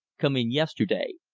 come in yesterday.